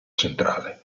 centrale